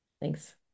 thanks